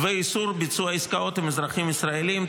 איסור ביצוע עסקאות עם אזרחים ישראלים,